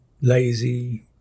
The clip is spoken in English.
lazy